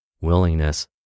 willingness